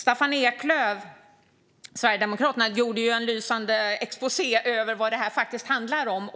Staffan Eklöf, Sverigedemokraterna, gjorde ju en lysande exposé över vad detta faktiskt handlar om.